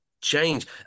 change